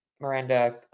Miranda